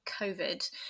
COVID